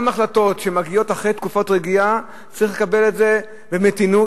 גם החלטות שמגיעות אחרי תקופות רגיעה צריך לקבל במתינות,